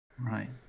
Right